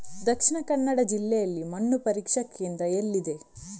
ದಕ್ಷಿಣ ಕನ್ನಡ ಜಿಲ್ಲೆಯಲ್ಲಿ ಮಣ್ಣು ಪರೀಕ್ಷಾ ಕೇಂದ್ರ ಎಲ್ಲಿದೆ?